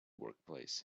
workplace